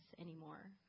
anymore